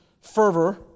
fervor